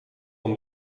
van